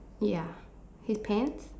ya his pants